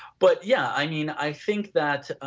but yeah, i mean i think that